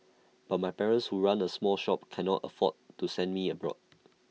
but my parents who run A small shop cannot afford to send me abroad